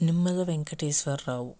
Nimmala Venkateswara Rao